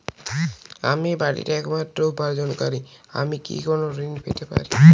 আমি বাড়িতে একমাত্র উপার্জনকারী আমি কি কোনো ঋণ পেতে পারি?